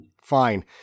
fine